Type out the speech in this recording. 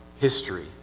history